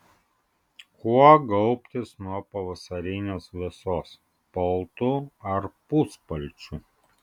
kuo gaubtis nuo pavasarinės vėsos paltu ar puspalčiu